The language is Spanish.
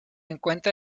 encuentra